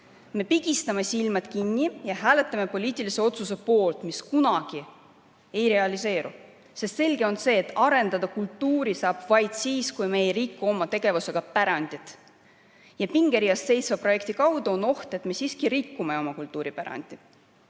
Me pigistame silmad kinni ja hääletame poliitilise otsuse poolt, mis kunagi ei realiseeru. On selge, et arendada saab kultuuri vaid siis, kui me ei riku oma tegevusega pärandit. Ja selle pingereas seisva projekti puhul on oht, et me siiski rikume oma kultuuripärandit.